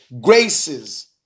graces